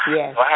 Yes